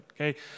Okay